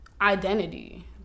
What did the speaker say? identity